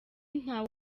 ntawe